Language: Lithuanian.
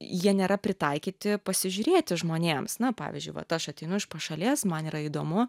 jie nėra pritaikyti pasižiūrėti žmonėms na pavyzdžiui vat aš ateinu iš pašalės man yra įdomu